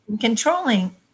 controlling